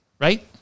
right